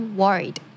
worried